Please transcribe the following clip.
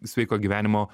sveiko gyvenimo